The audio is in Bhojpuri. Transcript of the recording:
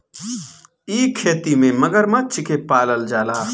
इ खेती में मगरमच्छ के पालल जाला